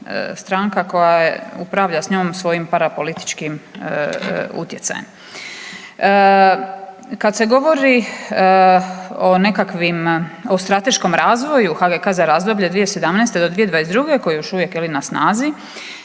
stranka koja upravlja s njom svojim parapolitičkim utjecajem. Kad se govori o nekakvim o strateškom razvoju HGK 2017.-2022. koji još uvijek je li na snazi,